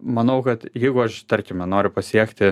manau kad jeigu aš tarkime noriu pasiekti